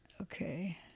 okay